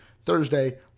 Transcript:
Thursday